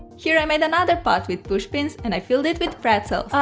here i made another pot with push pins and i filled it with pretzels!